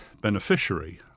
beneficiary